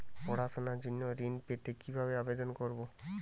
পড়াশুনা জন্য ঋণ পেতে কিভাবে আবেদন করব?